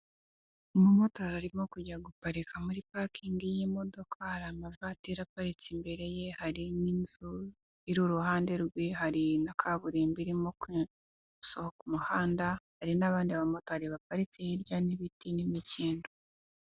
Umumotari arimo kujya guparika muri parikingi y'imodoka hari amavatiri aparitse imbere ye hari n'inzu iri iruhande rwihariye na kaburimbo irimo gusohoka umuhanda hari n'abandi bamotari baparitse hirya ndetse hari n'ibiti n'imikinodo.